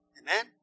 Amen